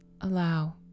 allow